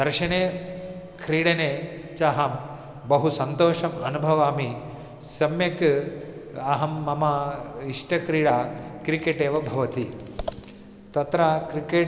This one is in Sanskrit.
दर्शने क्रीडने च अहं बहु सन्तोषम् अनुभवामि सम्यक् अहं मम इष्टक्रीडा क्रिकेट् एव भवति तत्र क्रिकेट्